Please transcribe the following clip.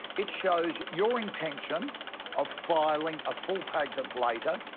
it shows your intention of filing a full patent later,